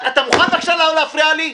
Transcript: אתה מוכן בבקשה לא להפריע לי?